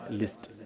list